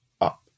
up